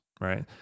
right